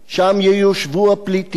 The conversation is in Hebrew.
שם ייושבו הפליטים,